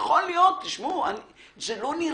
אני מודה,